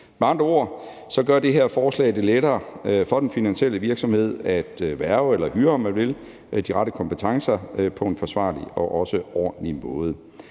andre ord gør det her forslag det lettere for den finansielle virksomhed at hverve eller hyre de rette kompetencer på en forsvarlig og ordentlig måde.